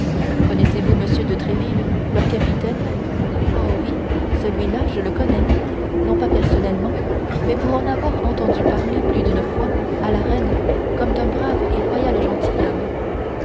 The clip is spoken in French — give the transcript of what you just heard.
connaissez-vous m de tréville leur capitaine oh oui celui-là je le connais non pas personnellement mais pour en avoir entendu plus d'une fois parler à la reine comme d'un brave et loyal gentilhomme